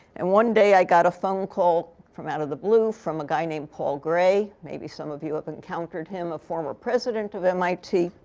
and one day, i got a phone call from out of the blue, from a guy named paul gray. maybe some of you have encountered him, a former president of mit.